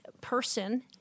person